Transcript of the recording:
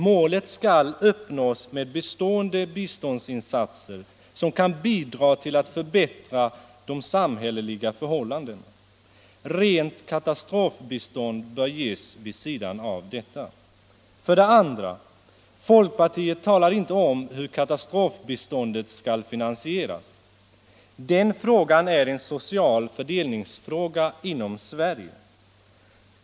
Målet skall uppnås med bestående biståndsinsatser, som kan bidra till att förbättra de samhälleliga förhållandena. Rent katastrofbistånd bör ges vid sidan av detta. 2. Folkpartiet talar inte om hur katastrofbiståndet skall finansieras. Den frågan är en social fördelningsfråga inom Sverige.